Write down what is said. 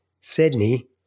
Sydney